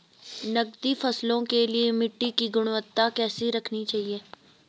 नकदी फसलों के लिए मिट्टी की गुणवत्ता कैसी रखनी चाहिए?